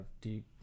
deep